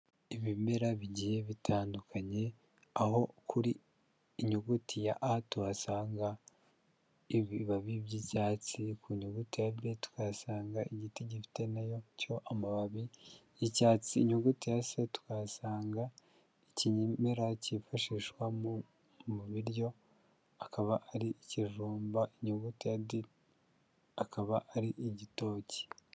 Ibimera bigiye bitandukanye aho kuri inyuguti ya A tuhasanga ibibabi by'ibyatsi, ku nyuguti ya B tukahasanga igiti gifite nacyo amababi y'icyatsi, inyuguti ya C tukahasanga ikimera cyifashishwa mu biryo akaba ari ikivumba, inyuguti ya D akaba ari igitoki.